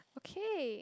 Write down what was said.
okay